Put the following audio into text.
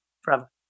forever